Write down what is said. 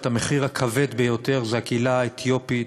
את המחיר הכבד ביותר זה הקהילה האתיופית,